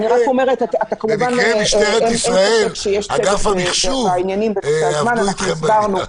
אין ספק שיש --- אגף המחשוב במשטרת ישראל עבדו איתכם בעניין הזה.